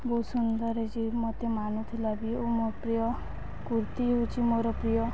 ବହୁତ ସୁନ୍ଦର ହେଇଛି ମୋତେ ମାନୁଥିଲା ବି ଓ ମୋ ପ୍ରିୟ କୁର୍ତ୍ତିୀ ହେଉଚି ମୋର ପ୍ରିୟ